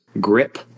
grip